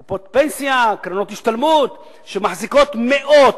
קופות פנסיה, קרנות השתלמות, שמחזיקות מאות,